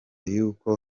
yuko